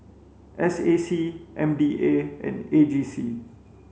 S A C M D A and A G C